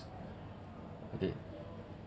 okay